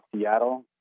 Seattle